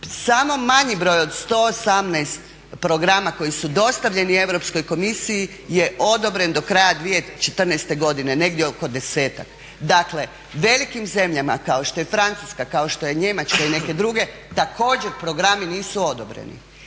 Samo manji broj od 118 programa koji su dostavljeni Europskoj komisiji je odobren do kraja 2014.godine negdje oko desetak. Dakle velikim zemljama kao što je Francuska, kao što je Njemačka i neke druge također programi nisu odobreni.